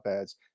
ads